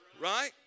right